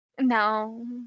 no